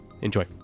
Enjoy